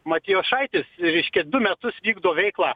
matijošaitis reiškias du metus vykdo veiklą